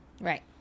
Right